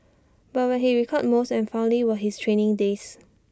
but what he recalled most and fondly were his training days